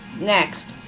Next